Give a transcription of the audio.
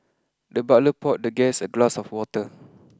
the butler poured the guest a glass of water